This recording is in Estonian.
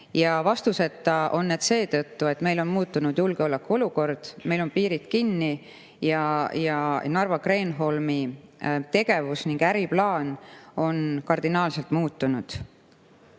Vastuseta on need seetõttu, et meil on muutunud julgeolekuolukord, meil on piirid kinni ja Narva Kreenholmi tegevus ning äriplaan on kardinaalselt muutunud.